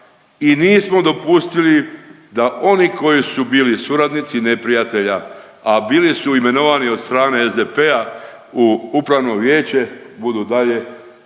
i nismo dopustili da oni koji su bili suradnici neprijatelja, a bili su imenovani od strane SDP-a u Upravno vijeće budu dalje dionici